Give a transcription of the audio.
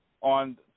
on